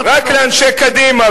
הרבה פחות ממה שאמרת לו.